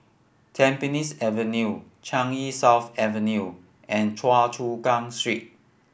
Tampines Avenue Changi South Avenue and Choa Chu Kang Street